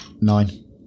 Nine